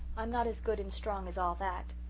i'm not as good and strong as all that.